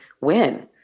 win